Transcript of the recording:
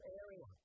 area